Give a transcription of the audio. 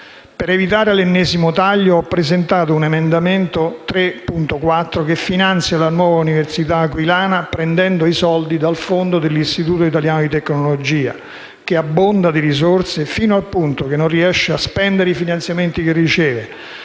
Per evitare l'ennesimo taglio ho presentato l'emendamento 3.4, con il quale si intende finanziare la nuova università aquilana prendendo i soldi dal fondo dell'Istituto italiano di tecnologia (IIT), che abbonda di risorse fino al punto che non riesce a spendere i finanziamenti che riceve